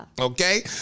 Okay